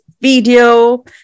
video